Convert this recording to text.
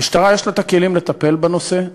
המשטרה יש לה את הכלים לטפל בנושא הזה.